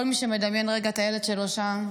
כל מי שמדמיין רגע את הילד שלו שם,